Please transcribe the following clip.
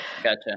gotcha